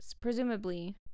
presumably